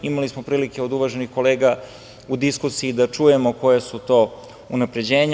Imali smo prilike od uvaženih kolega u diskusiji da čujemo koja su to unapređenja.